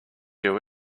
you